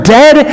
dead